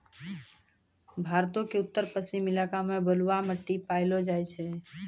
भारतो के उत्तर पश्चिम इलाका मे बलुआ मट्टी पायलो जाय छै